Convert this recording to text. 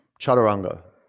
chaturanga